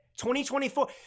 2024